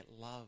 love